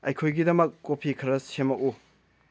ꯑꯩꯈꯣꯏꯒꯤꯗꯃꯛ ꯀꯣꯐꯤ ꯈꯔ ꯁꯦꯝꯃꯛꯎ